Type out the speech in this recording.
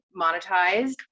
monetized